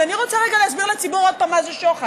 אז אני רוצה רגע להסביר לציבור עוד פעם מה זה שוחד.